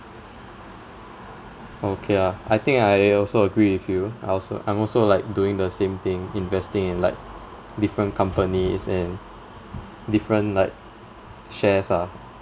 okay ah I think I also agree with you I also I'm also like doing the same thing investing in like different companies and different like shares ah